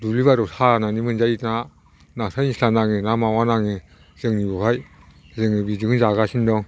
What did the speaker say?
दुब्लि बारियाव सानानै मोनजायो ना नास्राय निस्ला नाङो ना मावा नाङो जोंनि बेवहाय जों बिदिखौनो जागासिनो दं